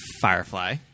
Firefly